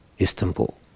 Istanbul